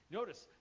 Notice